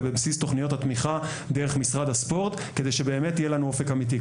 ובבסיס תוכניות התמיכה דרך משרד הספורט כדי שבאמת יהיה לו אופק אמיתי.